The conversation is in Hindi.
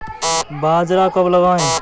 बाजरा कब लगाएँ?